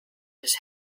his